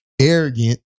arrogant